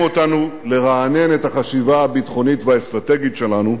אותנו לרענן את החשיבה הביטחונית והאסטרטגית שלנו,